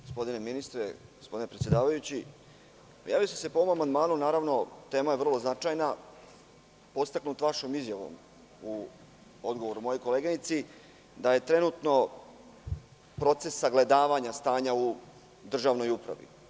Gospodine ministre, gospodine predsedavajući, javio sam se po ovom amandmanu, naravno tema je vrlo značajna podstaknut vašom izjavom, u odgovoru mojoj koleginici, da je trenutno proces sagledavanja stanja u državnoj upravi.